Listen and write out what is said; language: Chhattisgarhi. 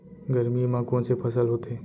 गरमी मा कोन से फसल होथे?